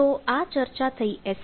તો આ ચર્ચા થઈ એસ